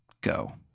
Go